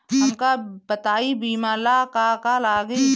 हमका बताई बीमा ला का का लागी?